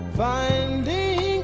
finding